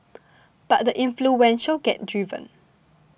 but the influential get driven